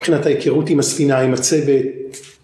‫מבחינת ההיכרות עם הספינה, ‫עם הצוות.